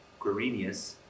Quirinius